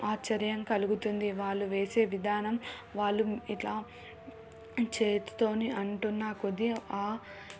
ఆశ్చర్యం కలుగుతుంది వాళ్ళు వేసే విధానం వాళ్ళు ఇట్ల చేతితో అంటున్నా కొద్దీ